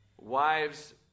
wives